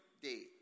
day